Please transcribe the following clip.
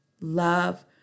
love